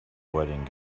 wedding